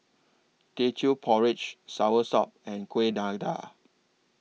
Teochew Porridge Soursop and Kueh Dadar